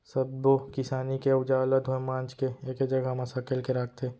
सब्बो किसानी के अउजार ल धोए मांज के एके जघा म सकेल के राखथे